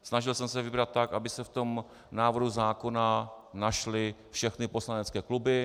Snažil jsem se vybrat tak, aby se v tom návrhu zákona našly všechny poslanecké kluby.